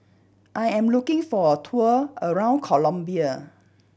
I am looking for a tour around Colombia